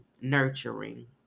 nurturing